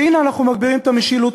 והנה אנחנו מגבירים את המשילות,